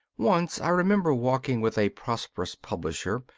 once i remember walking with a prosperous publisher,